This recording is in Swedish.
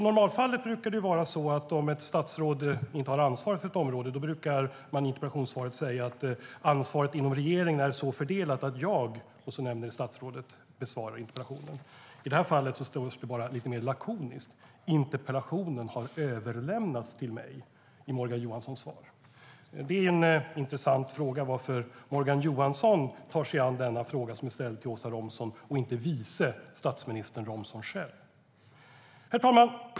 Om ett statsråd inte har ansvar för ett område brukar man i interpellationssvaret säga: Ansvaret inom regeringen är så fördelat att jag besvarar interpellationen. I det här fallet sägs det i Morgan Johanssons svar mer lakoniskt: Interpellationen har överlämnats till mig. Det är en intressant fråga varför Morgan Johansson tar sig an denna fråga, som är ställd till Åsa Romson, och inte vice statsminister Romson själv. Herr talman!